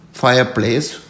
fireplace